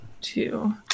Two